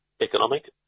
economic